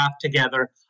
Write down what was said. together